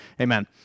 Amen